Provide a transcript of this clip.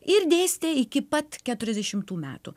ir dėstė iki pat keturiasdešimtų metų